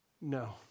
no